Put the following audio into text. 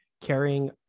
carrying